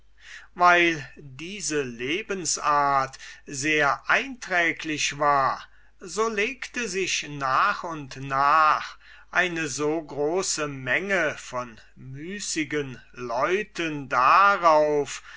weil diese lebensart sehr einträglich war so legten sich nach und nach eine so große menge von müßigen leuten darauf